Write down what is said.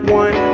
one